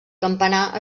campanar